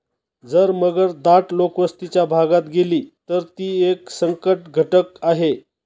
जर मगर दाट लोकवस्तीच्या भागात गेली, तर ती एक संकटघटक आहे